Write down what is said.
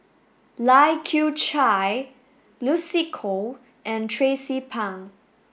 Lai Kew Chai Lucy Koh and Tracie Pang